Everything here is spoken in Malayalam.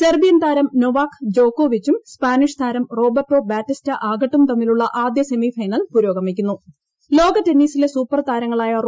സെർബിയൻ താരം നൊവാക് ജോക്കോവിച്ചും സ്പാനിഷ് താരം റോബർട്ടോ ബാറ്റിസ്റ്റാ ആഗട്ടും തമ്മിലുളള ആദ്യ സെമിഫൈനൽ ടെന്നീസിലെ സൂപ്പർ താരങ്ങളായ പുരോഗമിക്കുന്നു